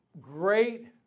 great